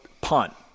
punt